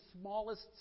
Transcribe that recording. smallest